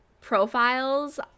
profiles